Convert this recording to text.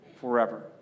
forever